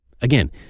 Again